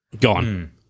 Gone